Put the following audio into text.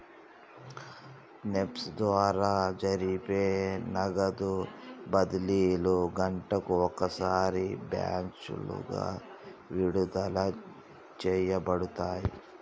NEFT ద్వారా జరిపే నగదు బదిలీలు గంటకు ఒకసారి బ్యాచులుగా విడుదల చేయబడతాయి